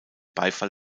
beifall